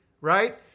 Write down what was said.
right